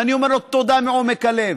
ואני אומר לו תודה מעומק הלב.